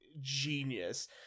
genius